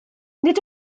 nid